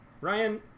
Ryan